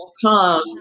come